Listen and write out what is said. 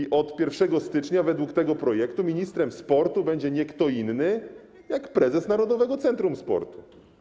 I od 1 stycznia, według tego projektu, ministrem sportu będzie nie kto inny, jak prezes Narodowego Centrum Sportu.